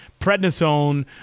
prednisone